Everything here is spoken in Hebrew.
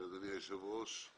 תודה, אדוני היושב ראש.